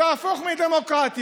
זה הפוך מדמוקרטיה.